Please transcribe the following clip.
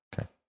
okay